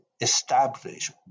establish